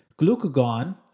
Glucagon